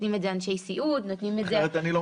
נותנים זאת אנשי סיעוד, פרמדיקים.